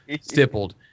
stippled